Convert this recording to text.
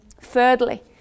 thirdly